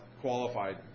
qualified